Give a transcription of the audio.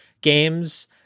games